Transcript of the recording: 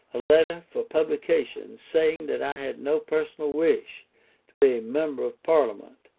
a letter for publication, saying that i had no personal wish to be a member of parliament,